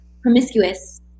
promiscuous